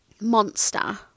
monster